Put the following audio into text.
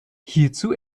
hierzu